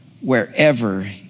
wherever